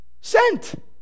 sent